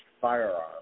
firearm